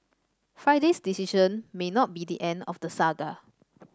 Friday's decision may not be the end of the saga